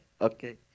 Okay